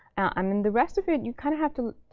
um and the rest of it, you kind of have to